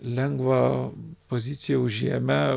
lengvą poziciją užėmę